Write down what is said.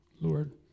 Lord